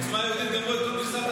סעיפים 1 2 נתקבלו.